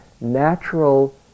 natural